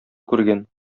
күргән